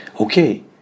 okay